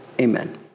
amen